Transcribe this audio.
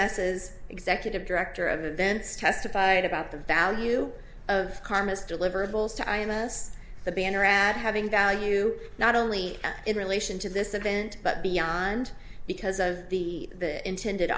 s's executive director of events testified about the value of karmas deliverables to imus the banner ad having value not only in relation to this event but beyond because of the the intended